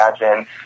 imagine